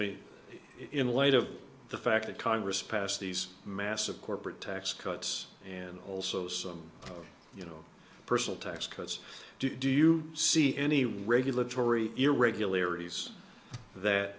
mean in light of the fact that congress passed these massive corporate tax cuts and also some you know personal tax cuts do you see any regulatory irregularities that